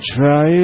Try